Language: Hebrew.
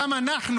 גם אנחנו,